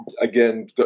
again